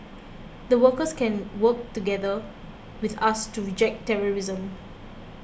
the workers can work together with us to reject terrorism